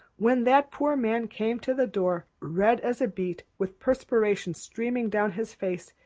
when that poor man came to the door, red as a beet, with perspiration streaming down his face,